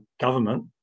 government